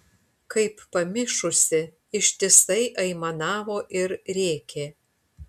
kaip pamišusi ištisai aimanavo ir rėkė